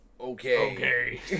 Okay